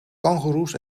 kangoeroes